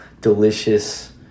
delicious